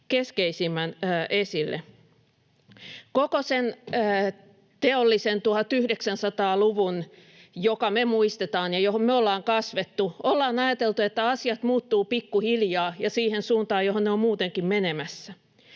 keskeisimmän esille. Koko sen teollisen 1900-luvun, joka me muistetaan ja johon me ollaan kasvettu, ollaan ajateltu, että asiat muuttuvat pikkuhiljaa ja siihen suuntaan, johon ne ovat muutenkin menemässä.